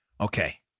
okay